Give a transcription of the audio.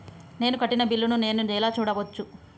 నేను కట్టిన బిల్లు ను నేను ఎలా చూడచ్చు?